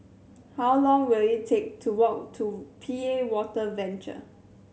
how long will it take to walk to P A Water Venture